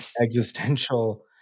Existential